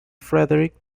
frederick